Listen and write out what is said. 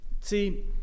See